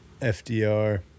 fdr